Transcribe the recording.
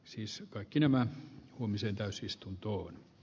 siis kaikki nämä huomiseen täysistunto